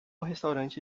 restaurante